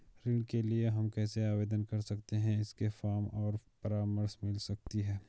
ऋण के लिए हम कैसे आवेदन कर सकते हैं इसके फॉर्म और परामर्श मिल सकती है?